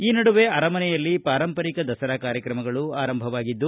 ಈ ನಡುವೆ ಅರಮನೆಯಲ್ಲಿ ಪಾರಂಪರಿಕ ದಸರಾ ಕಾರ್ಯಕ್ತಮಗಳು ಆರಂಭವಾಗಿವೆ